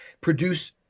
produce